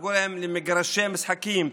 תדאגו להם למגרשי משחקים,